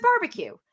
barbecue